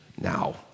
now